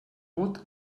what